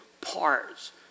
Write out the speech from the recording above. parts